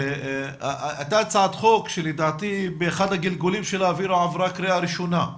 הייתה הצעת חוק שלדעתי באחד הגלגולים שלה עברה קריאה ראשונה,